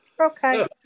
Okay